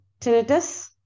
tinnitus